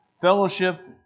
Fellowship